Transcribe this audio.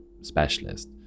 specialist